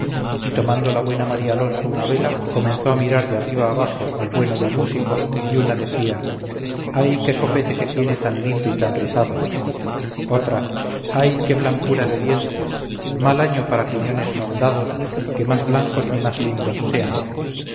y tomando la buena marialonso una vela comenzó a mirar de arriba abajo al bueno del músico y una decía ay qué copete que tiene tan lindo y tan rizado otra ay qué blancura de dientes mal año para piñones mondados que más blancos ni más lindos sean